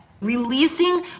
Releasing